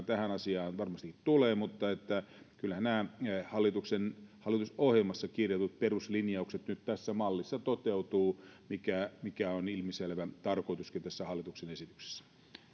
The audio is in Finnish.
tähän asiaan varmasti tulee hienosäätöä valiokuntakäsittelyn aikana mutta kyllähän nämä hallitusohjelmassa kirjatut peruslinjaukset nyt tässä mallissa toteutuvat mikä mikä on ilmiselvä tarkoituskin tässä hallituksen esityksessä